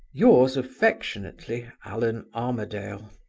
yours affectionately, allan armadale.